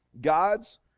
God's